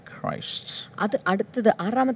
Christ